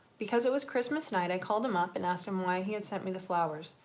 because it was christmas night i called him up and asked him why he had sent me the flowers.